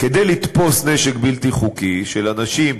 כדי לתפוס נשק בלתי חוקי של אנשים